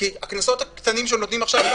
כי הקנסות הקטנים שנותנים עכשיו לא